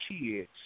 kids